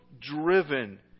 driven